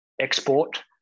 export